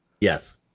Yes